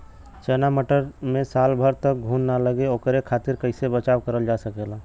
चना मटर मे साल भर तक घून ना लगे ओकरे खातीर कइसे बचाव करल जा सकेला?